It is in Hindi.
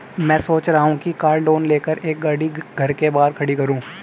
मैं सोच रहा हूँ कि कार लोन लेकर एक गाड़ी घर के बाहर खड़ी करूँ